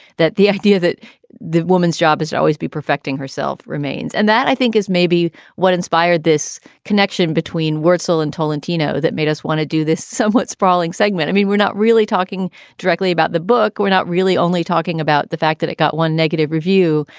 that the idea that the woman's job is to always be perfecting herself remains. and that, i think is maybe what inspired this connection between wortzel and tolentino that made us want to do this somewhat sprawling segment. i mean, we're not really talking directly about the book. we're not really only talking about the fact that it got one negative review.